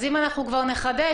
אז אם אנחנו כבר נחדש,